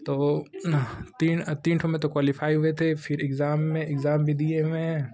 तो तीन तीन ठो में तो क्वालफाइ हुए थे फिर इग्ज़ाम में इग्ज़ाम भी दिए हुए हैं